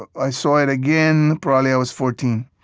i saw it again probably i was fourteen.